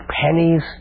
pennies